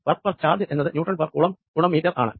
work per charge എന്നത് newton per coulomb ഗുണം metre ആണ്